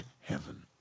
heaven